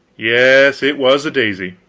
yes, it was a daisy.